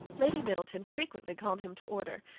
lady middleton frequently called him to order,